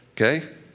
Okay